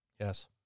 Yes